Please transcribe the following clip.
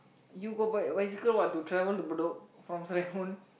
you got bike bicycle what to travel to Bedok from Serangoon